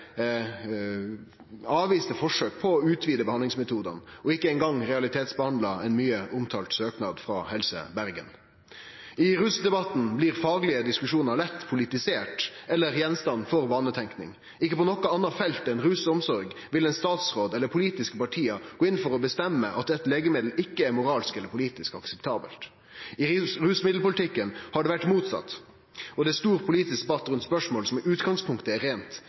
avviste forsøk på å utvide behandlingsmetodane og ikkje eingong realitetsbehandla ein mykje omtalt søknad frå Helse Bergen. I rusdebatten blir faglege diskusjonar lett politiserte eller gjenstand for vanetenking. Ikkje på noko anna felt enn rusomsorg vil ein statsråd eller politiske parti gå inn for å bestemme at eit legemiddel ikkje er moralsk eller politisk akseptabelt. I rusmiddelpolitikken har det vore motsett, og det er stor politisk debatt rundt spørsmål som i utgangspunktet er reint